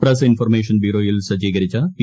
press information ബ്യൂറോയിൽ സജ്ജീകരിച്ച P